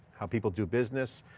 how people do business.